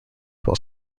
while